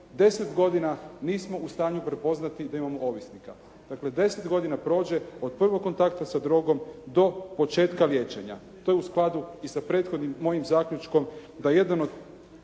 10 godina nismo u stanju prepoznati da imamo ovisnika. Dakle, 10 godina prođe od prvog kontakta sa drogom do početka liječenja. To je u skladu i sa prethodnim mojim zaključkom da jedan od